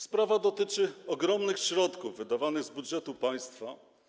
Sprawa dotyczy ogromnych środków wydawanych z budżetu państwa.